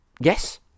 Yes